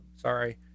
Sorry